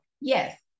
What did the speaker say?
yes